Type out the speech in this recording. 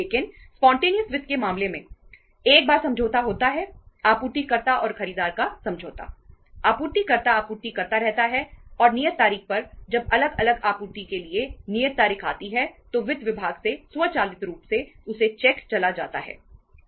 लेकिन स्पॉन्टेनियस चला जाता है